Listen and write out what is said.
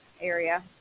area